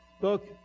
Look